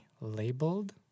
labeled